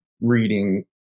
reading